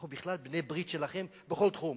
אנחנו בעלי-ברית שלכם בכל תחום,